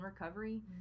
recovery